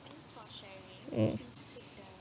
mm